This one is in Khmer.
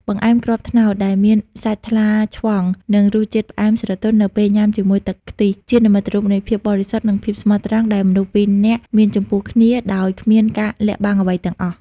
បង្អែមគ្រាប់ត្នោត ដែលមានសាច់ថ្លាឆ្វង់ និងរសជាតិផ្អែមស្រទន់នៅពេលញ៉ាំជាមួយទឹកខ្ទិះ ជានិមិត្តរូបនៃភាពបរិសុទ្ធ និងភាពស្មោះត្រង់ដែលមនុស្សពីរនាក់មានចំពោះគ្នាដោយគ្មានការលាក់បាំងអ្វីទាំងអស់។